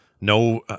no